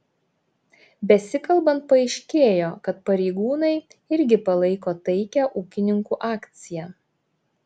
besikalbant paaiškėjo kad pareigūnai irgi palaiko taikią ūkininkų akciją